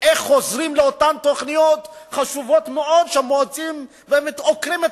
איך חוזרים לאותן תוכניות חשובות מאוד שעוקרות את